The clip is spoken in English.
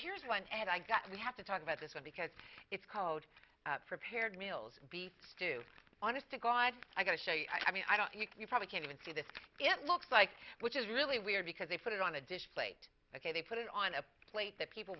here's one and i got we have to talk about this one because it's called prepared meals be do honest to god i got to show you i mean i don't you probably can't even see this it looks like which is really weird because they put it on a dish plate ok they put it on a plate that people